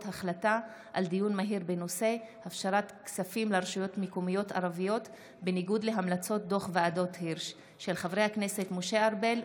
דיון מהיר בהצעתם של חברי הכנסת משה ארבל,